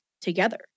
together